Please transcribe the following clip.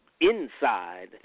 inside